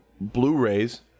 blu-rays